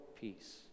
peace